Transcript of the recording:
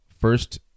first